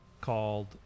called